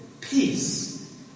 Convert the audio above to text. Peace